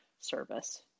service